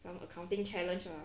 the accounting challenge lah